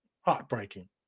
heartbreaking